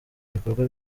ibikorwa